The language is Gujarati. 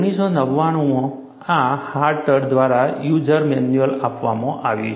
અને 1999 માં હાર્ટર દ્વારા યુઝર મેન્યુઅલ આપવામાં આવ્યું હતું